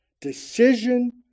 decision